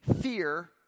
fear